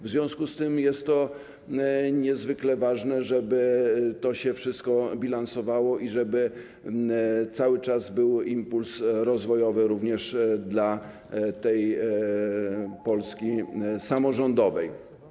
W związku z tym jest niezwykle ważne, żeby to się wszystko bilansowało i żeby cały czas był impuls rozwojowy również dla Polski samorządowej.